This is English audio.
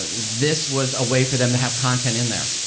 this was a way for them to have content in there.